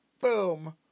boom